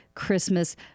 Christmas